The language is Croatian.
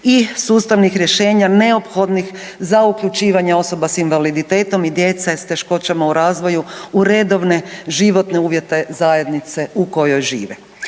i sustavnih rješenja neophodnih za uključivanje osoba s invaliditetom i djece s teškoćama u razvoju u redovne životne uvjete zajednice u kojoj žive.